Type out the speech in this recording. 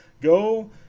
Go